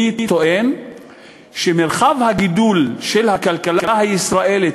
אני טוען שמרחב הגידול של הכלכלה הישראלית